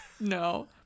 No